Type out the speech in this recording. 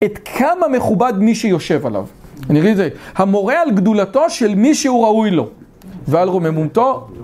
את כמה מכובד מי שיושב עליו? נראה את זה, המורה על גדולתו של מי שהוא ראוי לו, ועל רוממותו